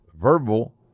verbal